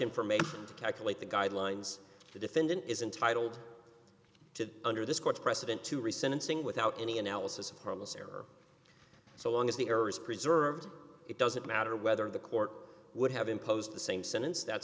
information to calculate the guidelines the defendant is entitled to under this court's precedent to rescind and sing without any analysis of harmless error so long as the error is preserved it doesn't matter whether the court would have imposed the same sentence that